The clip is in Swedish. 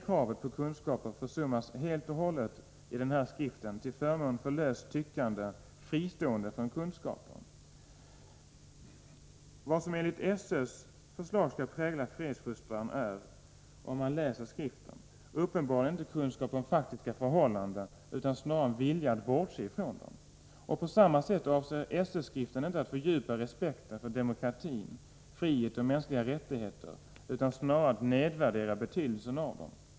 Kravet på kunskaper försummas helt och hållet i denna skrift till förmån för löst tyckande, fristående från kunskaper. Vad som enligt SÖ:s förslag skall prägla fredsfostran är — enligt skriften — uppenbarligen inte kunskap om faktiska förhållanden, utan snarare en vilja att bortse ifrån dem. På samma sätt avser SÖ-skriften inte att fördjupa respekten för demokratin, friheter och mänskliga rättigheter, utan snarare att nedvärdera betydelsen av dem.